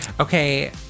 okay